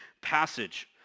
passage